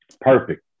Perfect